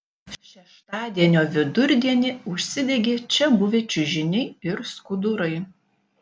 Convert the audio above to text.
šeštadienio vidurdienį užsidegė čia buvę čiužiniai ir skudurai